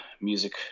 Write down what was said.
music